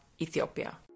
Ethiopia